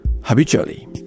habitually